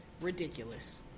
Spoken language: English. Ridiculous